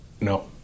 No